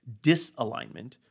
disalignment